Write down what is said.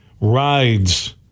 rides